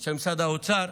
של משרד האוצר.